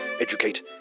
educate